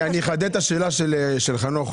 אני אחדד את השאלה של חנוך.